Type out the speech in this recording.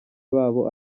babo